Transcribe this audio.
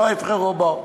שלא יבחרו בו,